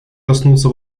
коснуться